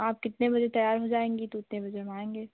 आप कितने बजे तैयार हो जाएँगी तो उतने बजे हम आएँगे